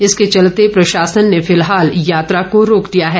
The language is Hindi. इसके चलते प्रशासन ने फिलहाल यात्रा को रोक दिया है